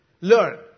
learn